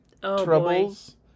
troubles